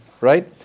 Right